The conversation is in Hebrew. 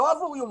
לא עבור יומיים.